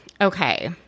Okay